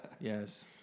Yes